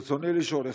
ברצוני לשאול: